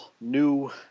new